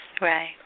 Right